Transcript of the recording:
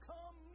Come